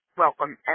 welcome